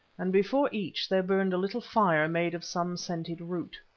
and before each there burned a little fire made of some scented root.